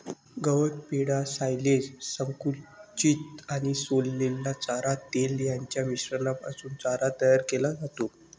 गवत, पेंढा, सायलेज, संकुचित आणि सोललेला चारा, तेल यांच्या मिश्रणापासून चारा तयार केला जातो